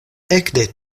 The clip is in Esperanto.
ekde